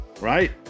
right